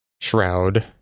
shroud